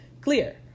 clear